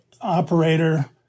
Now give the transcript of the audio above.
operator